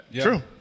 True